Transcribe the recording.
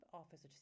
office